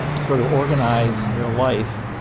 sort of organize their life